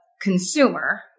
consumer